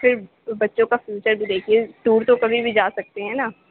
صرف بچوں کا فیوچر بھی دیکھیے ٹور تو کبھی بھی جا سکتے ہیں نا